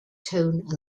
tone